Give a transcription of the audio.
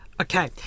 Okay